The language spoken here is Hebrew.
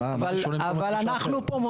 אבל זה בכל מס רכישה, יוסי.